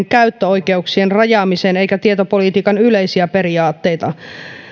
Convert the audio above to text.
käyttöoikeuksien rajaamisen eikä tietopolitiikan yleisiä periaatteita